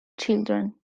children